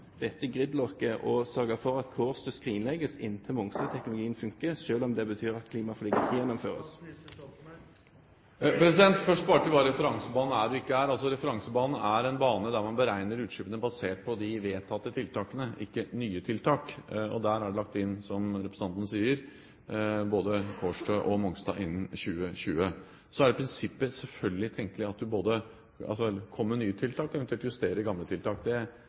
sørge for at Kårstø skrinlegges inntil Mongstad-teknologien funker, selv om det betyr at klimaforliket ikke gjennomføres? Først bare til hva referansebanen er og ikke er: Referansebanen er en bane der man beregner utslippene basert på de vedtatte tiltakene – ikke på nye tiltak. Der er, som representanten sier, både Kårstø og Mongstad lagt inn innen 2020. Så er det i prinsippet selvfølgelig tenkelig at man både kommer med nye tiltak, eller eventuelt justerer gamle